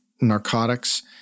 narcotics